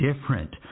different